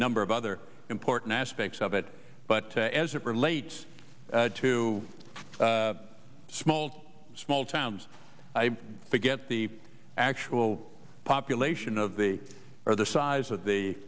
number of other important aspects of it but as it relates to small small towns i forget the actual population of the or the size of the